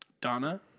Donna